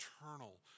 eternal